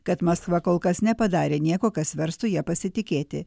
kad maskva kol kas nepadarė nieko kas verstų ja pasitikėti